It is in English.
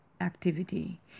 activity